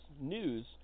news